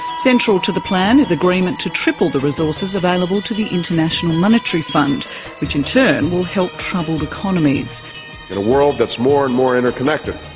central to the plan is agreement to triple the resources available to the international monetary fund which in turn will help troubled economies. in a world that's more and more interconnected,